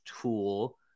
tool